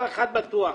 דבר אחד בטוח.